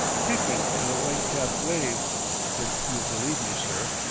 kicking at a white-capped wave if you'll believe me, sir,